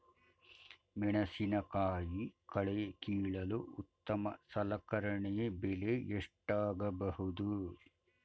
ಮೆಣಸಿನಕಾಯಿ ಕಳೆ ಕೀಳಲು ಉತ್ತಮ ಸಲಕರಣೆ ಬೆಲೆ ಎಷ್ಟಾಗಬಹುದು?